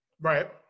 Right